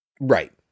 Right